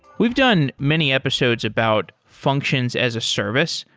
we've done many episodes about functions as a service.